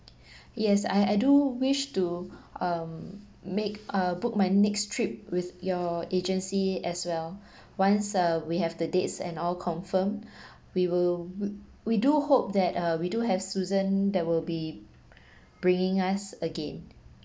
yes I I do wish to um make a book my next trip with your agency as well once uh we have the dates and all confirmed we will we we do hope that uh we do have susan that will be bringing us again